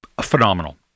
phenomenal